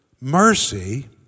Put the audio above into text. mercy